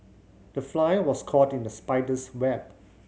the fly was caught in the spider's web